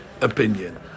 opinion